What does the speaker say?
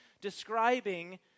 describing